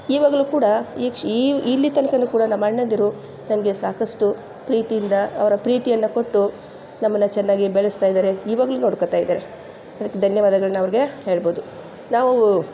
ಈವಾಗಲೂ ಕೂಡ ಇಲ್ಲಿ ತನಕನು ಕೂಡ ನಮ್ಮ ಅಣ್ಣಂದಿರು ನಮಗೆ ಸಾಕಷ್ಟು ಪ್ರೀತಿಯಿಂದ ಅವರ ಪ್ರೀತಿಯನ್ನು ಕೊಟ್ಟು ನಮ್ಮನ್ನು ಚೆನ್ನಾಗಿ ಬೆಳಸ್ತಾಯಿದ್ದಾರೆ ಇವಾಗಲೂ ನೋಡ್ಕೊಳ್ತಾಯಿದ್ದಾರೆ ಅದಕ್ಕೆ ಧನ್ಯವಾದಗಳನ್ನ ಅವ್ರಿಗೆ ಹೇಳ್ಬೋದು ನಾವು